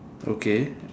okay